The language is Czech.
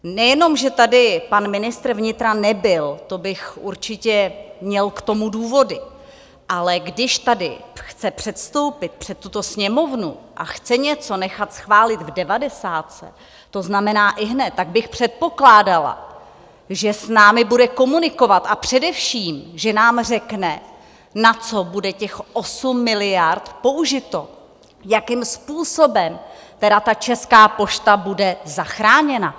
Nejenom že tady pan ministr vnitra nebyl, to bych určitě měl k tomu důvody, ale když tady chce předstoupit před tuto Sněmovnu a chce něco nechat schválit v devadesátce, to znamená ihned, tak bych předpokládala, že s námi bude komunikovat, a především že nám řekne, na co bude těch 8 miliard použito, jakým způsobem tedy ta Česká pošta bude zachráněna.